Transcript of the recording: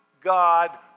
God